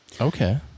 Okay